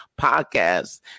podcast